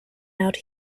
out